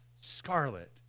scarlet